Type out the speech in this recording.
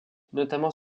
notamment